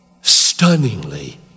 stunningly